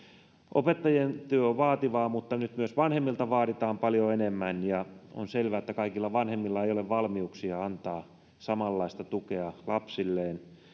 opettajien työ on vaativaa mutta nyt myös vanhemmilta vaaditaan paljon enemmän ja on selvää että kaikilla vanhemmilla ei ole valmiuksia antaa samanlaista tukea lapsilleen